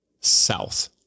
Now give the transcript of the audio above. South